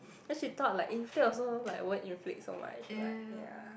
cause she thought like inflate also like won't inflate so much right ya